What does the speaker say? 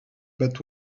but